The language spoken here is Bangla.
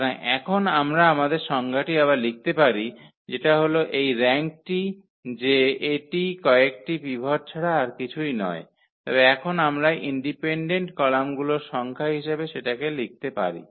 সুতরাং এখন আমরা আমাদের সংজ্ঞাটি আবার লিখতে পারি যেটা হল এই র্যাঙ্কটি যে এটি কয়েকটি পিভট ছাড়া আর কিছুই নয় তবে এখন আমরা ইন্ডিপেন্ডেন্ট কলামগুলির সংখ্যা হিসাবে সেটাকে লিখতে পারি